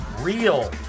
real